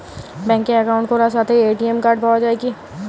ব্যাঙ্কে অ্যাকাউন্ট খোলার সাথেই এ.টি.এম কার্ড পাওয়া যায় কি?